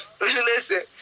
listen